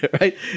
right